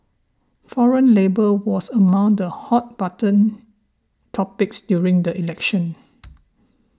foreign labour was among the hot button topics during the elections